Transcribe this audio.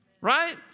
Right